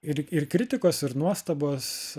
ir ir kritikos ir nuostabos